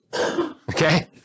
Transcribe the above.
Okay